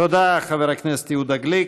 תודה, חבר הכנסת יהודה גליק.